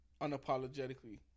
unapologetically